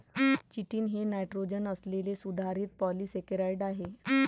chitin हे nitrogen असलेले सुधारित पॉलिसेकेराइड आहे